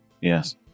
Yes